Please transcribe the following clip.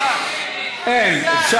אין, אין.